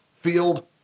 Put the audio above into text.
Field